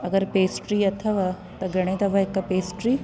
अगरि पेस्ट्री अथव त घणे अथव हिकु पेस्ट्री